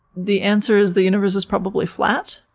the answer is the universe is probably flat,